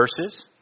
verses